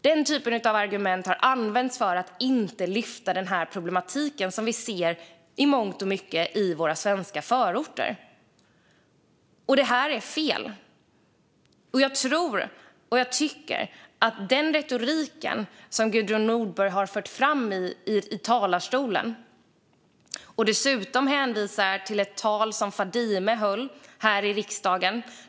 Den typen av argument har använts för att inte lyfta den här problematiken, som vi i mångt och mycket ser i våra svenska förorter. Det här är fel. När Gudrun Nordborg för fram sin retorik i talarstolen hänvisar hon dessutom till ett tal som Fadime höll här i riksdagen.